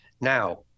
now